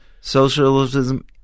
Socialism